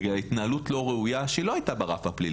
בגלל התנהלות לא ראויה שלא הייתה ברף הפלילי.